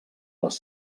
les